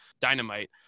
dynamite